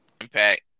impact